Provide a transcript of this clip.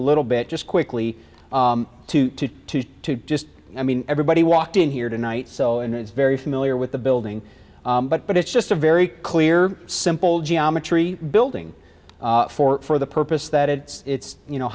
a little bit just quickly two to two just i mean everybody walked in here tonight so and it's very familiar with the building but but it's just a very clear simple geometry building for for the purpose that it's you know